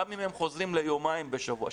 גם אם הם חוזרים ליומיים בשבוע.